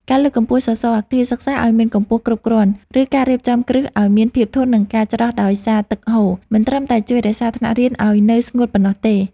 ការលើកកម្ពស់សសរអគារសិក្សាឱ្យមានកម្ពស់គ្រប់គ្រាន់ ឬការរៀបចំគ្រឹះឱ្យមានភាពធន់នឹងការច្រោះដោយសារទឹកហូរ មិនត្រឹមតែជួយរក្សាថ្នាក់រៀនឱ្យនៅស្ងួតប៉ុណ្ណោះទេ។